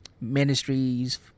ministries